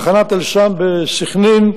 תחנת אל-סם בסח'נין,